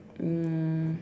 um